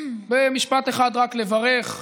במשפט אחד רק לברך: